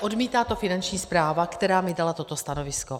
Odmítá to Finanční správa, která mi dala toto stanovisko.